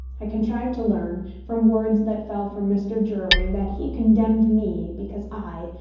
i contrived to learn, from words that fell from mr. drury, that he condemned me because i,